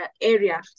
area